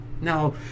Now